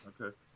Okay